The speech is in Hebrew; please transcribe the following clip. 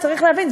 צריך להבין,